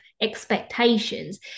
expectations